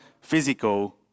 physical